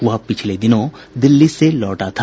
वह पिछले दिनों दिल्ली से लौटा था